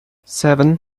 seven